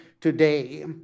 today